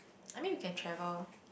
I mean we can travel